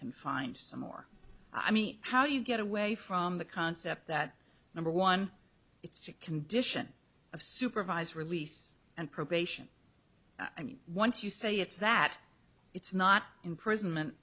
confined some more i mean how do you get away from the concept that number one it's a condition of supervised release and probation i mean once you say it's that it's not imprisonment